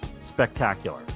spectacular